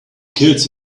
kids